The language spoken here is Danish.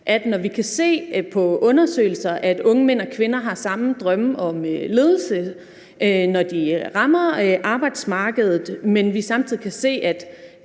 når vi kan se på undersøgelser, at unge mænd og kvinder har samme drømme om ledelse, når de rammer arbejdsmarkedet, men at vi samtidig kan se, at